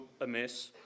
amiss